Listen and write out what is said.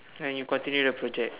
and you continue the project